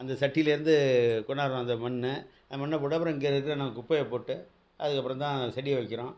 அந்த சட்டியிலேருந்து கொண்டார்றோம் அந்த மண்ணை மண்ணை போட்டு அப்புறம் இங்கே இருக்கிற நான் குப்பையை போட்டு அதுக்கப்புறம் தான் செடியை வைக்கிறோம்